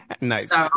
Nice